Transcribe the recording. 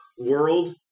world